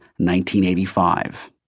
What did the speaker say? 1985